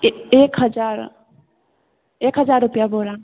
ए एक हजार एक हजार रुपिआ बोरा